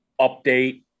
update